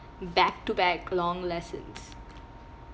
back to back long lessons